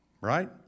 Right